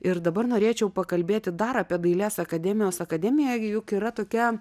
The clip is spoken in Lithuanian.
ir dabar norėčiau pakalbėti dar apie dailės akademijos akademiją juk yra tokia